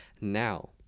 Now